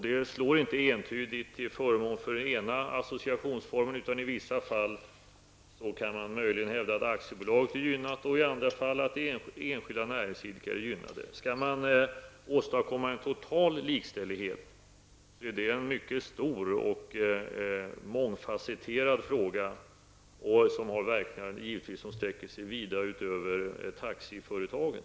Detta slår inte entydigt till förmån för den ena associationsformen, utan i vissa fall kan man möjligen hävda att aktiebolag gynnas och i andra fall att enskilda näringsidkare gynnas. Att åstadkomma total likställighet innebär en mycket stor och mångfasetterad process, och detta får givetvis verkningar som sträcker sig vida utöver taxiföretagen.